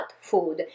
food